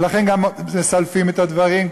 ולכן גם מסלפים את הדברים.